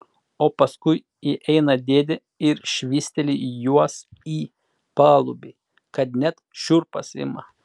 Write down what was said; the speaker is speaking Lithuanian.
o paskui įeina dėdė ir švysteli juos į palubį kad net šiurpas ima